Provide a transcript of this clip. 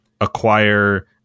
acquire